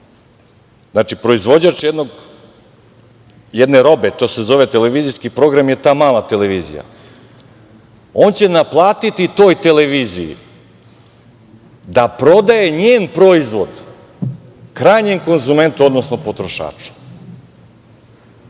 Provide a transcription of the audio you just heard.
znači proizvođač jedne robe, to se zove televizijski program, je ta mala televizija. On će naplatiti toj televiziji da prodaje njen proizvod, krajnjem konzumentu, odnosno potrošaču,